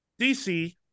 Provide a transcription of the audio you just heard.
DC